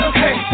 hey